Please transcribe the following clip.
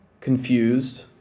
confused